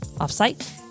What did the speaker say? off-site